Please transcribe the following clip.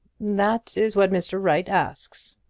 that is what mr. wright asks.